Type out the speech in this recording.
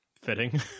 Fitting